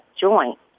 Joint